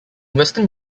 western